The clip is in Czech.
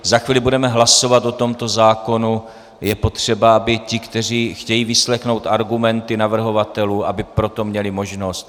Za chvíli budeme hlasovat o tomto zákonu, je potřeba, aby ti, kteří chtějí vyslechnout argumenty navrhovatelů, k tomu měli možnost.